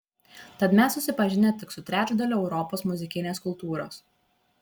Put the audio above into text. tad mes susipažinę tik su trečdaliu europos muzikinės kultūros